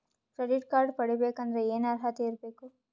Credit card ಪಡಿಬೇಕಂದರ ಏನ ಅರ್ಹತಿ ಇರಬೇಕು?